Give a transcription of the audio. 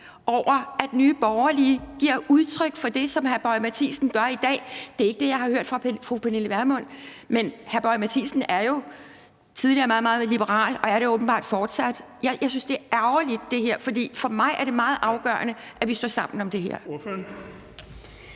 over, at Nye Borgerlige giver udtryk for det, som hr. Lars Boje Mathiesen gør i dag. Det er ikke det, jeg har hørt fra fru Pernille Vermund. Men hr. Lars Boje Mathiesen var jo tidligere meget, meget liberal og er det åbenbart fortsat. Jeg synes, det her er ærgerligt, fordi det for mig er meget afgørende, at vi står sammen om det her.